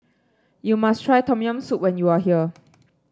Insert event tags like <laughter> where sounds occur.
you must try Tom Yam Soup when you are here <noise>